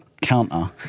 counter